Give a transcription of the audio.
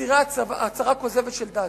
מצהירה הצהרה כוזבת של דת.